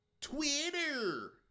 Twitter